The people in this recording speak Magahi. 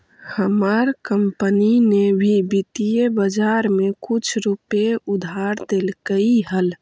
हमार कंपनी ने भी वित्तीय बाजार में कुछ रुपए उधार देलकइ हल